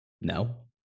no